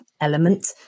element